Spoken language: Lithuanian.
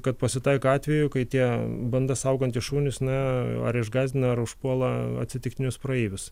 kad pasitaiko atvejų kai tie bandas saugantys šunys na ar išgąsdina ar užpuola atsitiktinius praeivius